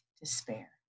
Despair